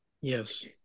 Yes